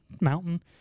mountain